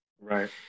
right